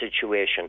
situation